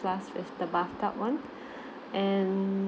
plus with the bathtub one and